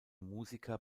musiker